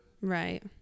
Right